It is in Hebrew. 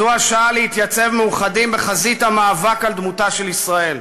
זו השעה להתייצב מאוחדים בחזית המאבק על דמותה של ישראל,